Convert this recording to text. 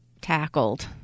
tackled